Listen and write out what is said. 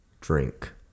drink